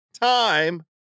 time